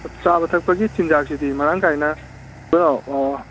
ꯆꯥꯕ ꯊꯛꯄꯒꯤ ꯆꯤꯟꯖꯥꯛꯁꯤꯗꯤ ꯃꯔꯥꯡ ꯀꯥꯏꯅ ꯀꯩꯅꯣ